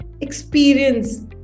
experience